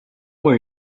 where